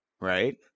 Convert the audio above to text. Right